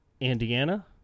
Indiana